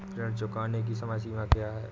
ऋण चुकाने की समय सीमा क्या है?